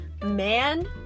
man